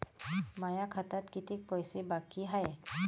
माया खात्यात कितीक पैसे बाकी हाय?